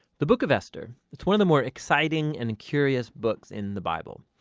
the book of esther. it's one of the more exciting and curious books in the bible.